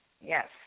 Yes